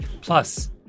Plus